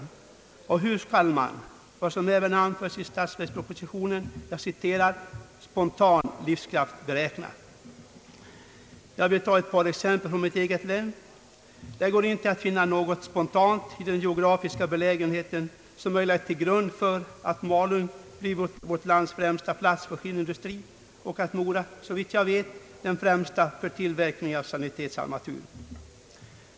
Och hur skall, vilket anföres i statsverkspropositionen, »spontan livskraft» beräknas? Jag vill ta ett par exempel från mitt eget län. Det går inte att finna något spontant i den geografiska belägenheten, som har legat till grund för att Malung blivit vårt lands främsta plats för skinnindustri och Mora — såvitt jag vet — den främsta för tillverkningen av sanitetsarmatur.